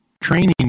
training